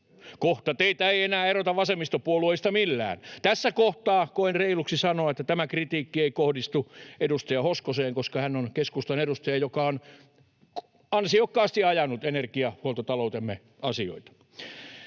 Kohta teitä ei enää erota vasemmistopuolueista millään. Tässä kohtaa koen reiluksi sanoa, että tämä kritiikki ei kohdistu edustaja Hoskoseen, koska hän on keskustan edustaja, joka on ansiokkaasti ajanut energiahuoltotaloutemme asioita.